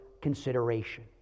consideration